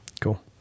Cool